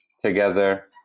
together